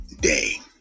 day